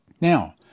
Now